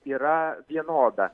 yra vienoda